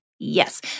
Yes